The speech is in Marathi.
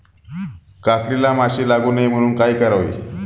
काकडीला माशी लागू नये म्हणून काय करावे?